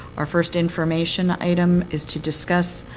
our first information item is to discuss